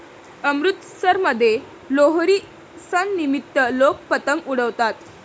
अमृतसरमध्ये लोहरी सणानिमित्त लोक पतंग उडवतात